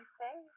say